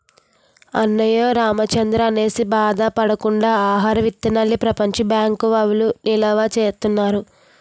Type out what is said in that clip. అన్నమో రామచంద్రా అనేసి బాధ పడకుండా ఆహార విత్తనాల్ని ప్రపంచ బ్యాంకు వౌళ్ళు నిలవా సేత్తన్నారు